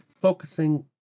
focusing